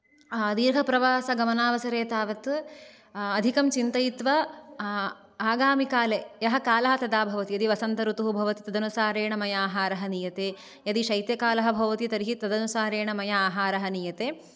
दीर्घप्रवासगमनावसरे तावत् अधिकं चिन्तयित्वा आगामिकाले यः कालः तदा भवति यदि वसन्त ऋतु भवति तदनुसारेण मया आहारः नीयते यदि शैत्यकालः भवति तर्हि तदनुसारेण मया आहारः नीयते